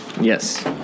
Yes